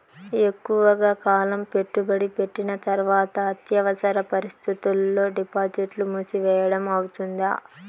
ఎక్కువగా కాలం పెట్టుబడి పెట్టిన తర్వాత అత్యవసర పరిస్థితుల్లో డిపాజిట్లు మూసివేయడం అవుతుందా?